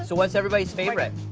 so what's everybody's favorite?